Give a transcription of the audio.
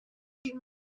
fyddet